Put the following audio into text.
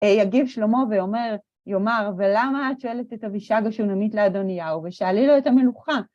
יגיב שלמה ויאמר, ולמה את שואלת את אבישג השונמית לאדוניהו? ושאלי לו את המלוכה.